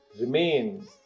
remain